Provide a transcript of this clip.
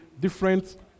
Different